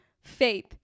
faith